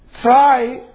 try